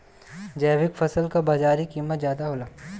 जैविक फसल क बाजारी कीमत ज्यादा होला